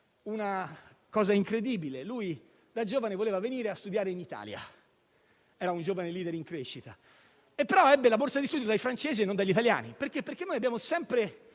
un fatto incredibile: da giovane voleva venire a studiare in Italia (era un giovane *leader* in crescita), però ebbe la borsa di studio dai francesi e non dagli italiani, perché noi abbiamo sempre